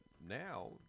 now